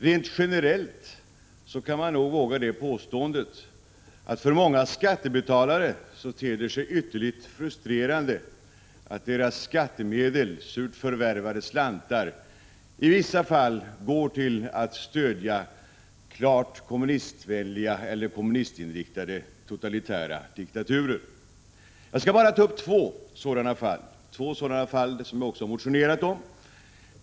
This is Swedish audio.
Rent generellt kan man nog våga påstå att det för många skattebetalare ter sig ytterligt frustrerande att deras skattemedel, surt förvärvade slantar, i vissa fall går till att stödja klart kommunistvänliga eller kommunistinriktade totalitära diktaturer. Jag skall bara ta upp två sådana fall, som jag också har motionerat om.